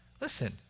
Listen